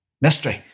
mystery